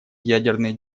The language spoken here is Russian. ядерные